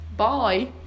bye